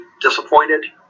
disappointed